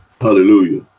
Hallelujah